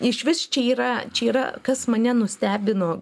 išvis čia yra čia yra kas mane nustebino